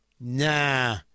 Nah